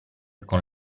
con